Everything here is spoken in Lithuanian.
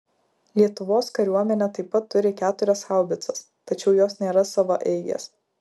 lietuvos kariuomenė taip pat turi keturias haubicas tačiau jos nėra savaeigės